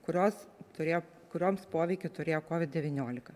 kurios turėjo kurioms poveikį turėjo covid devyniolika